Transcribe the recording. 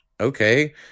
okay